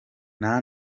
nta